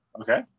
Okay